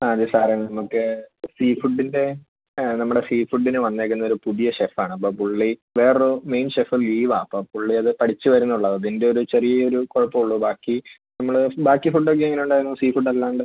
ആ അതെ സാറേ നമുക്ക് സീ ഫുഡിൻ്റെ ആ നമ്മുടെ സീ ഫുഡിന് വന്നേക്കുന്നൊരു പുതിയ ഷെഫ് ആണ് അപ്പോൾ പുള്ളി വേറൊരു മെയിൻ ഷെഫ് ലീവാ അപ്പോൾ പുള്ളി അത് പഠിച്ച് വരുന്നുള്ളൂ അതിൻ്റെ ഒരു ചെറിയൊരു കുഴപ്പം ഉള്ളൂ ബാക്കി നമ്മൾ ബാക്കി ഫുഡ് ഒക്കെ എങ്ങനെ ഉണ്ടായിരുന്നു സീ ഫുഡ് അല്ലാണ്ട്